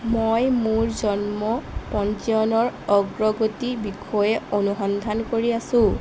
মই মোৰ জন্ম পঞ্জীয়নৰ অগ্ৰগতিৰ বিষয়ে অনুসন্ধান কৰি আছোঁ